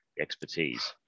Expertise